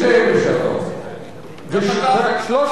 שלושת האנשים האלה,